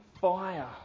fire